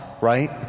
right